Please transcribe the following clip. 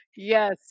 Yes